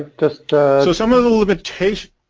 ah so some of the limitations.